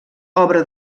obra